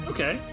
Okay